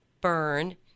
burn